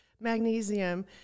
magnesium